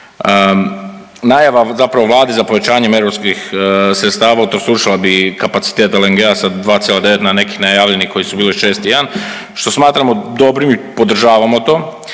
Najava zapravo Vlade za povećanjem europskih sredstava utrostručila bi kapaciteta LNG-asa 2,9 na nekih najavljenih koji su bili 6,1, što smatramo dobrim i podržavamo to